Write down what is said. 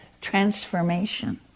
transformation